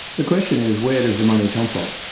the question is where does the money come from?